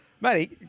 Matty